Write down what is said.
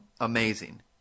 amazing